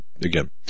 again